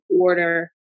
order